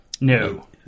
No